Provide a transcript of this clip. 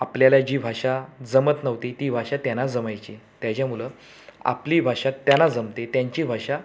आपल्याला जी भाषा जमत नव्हती ती भाषा त्यांना जमायची त्याच्यामुळं आपली भाषा त्यांना जमते त्यांची भाषा